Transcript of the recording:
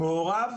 מעורב.